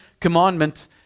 commandment